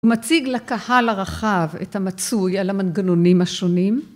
‫הוא מציג לקהל הרחב ‫את המצוי על המנגנונים השונים.